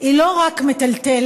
היא לא רק מטלטלת,